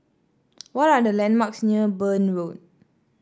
what are the landmarks near Burn Road